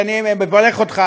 אני מברך אותך,